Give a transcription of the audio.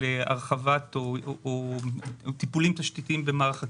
הרחבת או טיפולים תשתיתיים במערך הכליאה.